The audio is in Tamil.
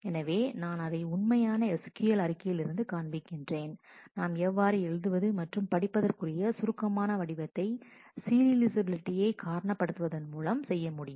எனவே நான் அதை உண்மையான SQL அறிக்கையிலிருந்து காண்பிக்கிறேன் நாம் எவ்வாறு எழுதுவது மற்றும் படிப்பதற்குரிய சுருக்கமான வடிவத்தை சீரியலைஃசபிலிட்டியை காரண படுத்துவது மூலம் செய்ய முடியும்